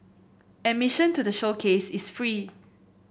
admission to the showcase is free